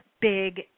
big